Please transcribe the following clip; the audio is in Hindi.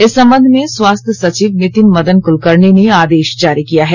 इस संबध में स्वास्थ्य सचिव नितिन मदन क्लकर्णी ने आदेश जारी किया है